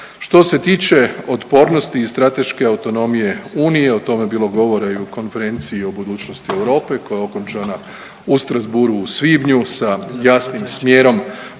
Što se tiče otpornosti i strateške autonomije Unije, o tome je bilo govora i u Konferenciji o budućnosti Europe koja je okončana u Strasbourgu u svibnju sa jasnim smjerom